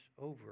over